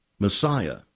Messiah